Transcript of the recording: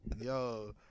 Yo